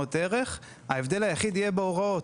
ניירות ערך; ההבדל היחידי יהיה בהוראות.